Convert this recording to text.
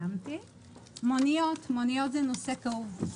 מוניות זה נושא כאוב.